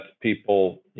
people